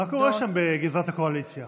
מה קורה שם בגזרת הקואליציה?